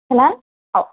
ହେଲା ହଉ